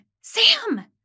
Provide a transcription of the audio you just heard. Sam